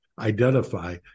identify